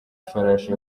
ifarashi